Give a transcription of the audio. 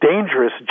dangerous